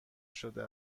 شده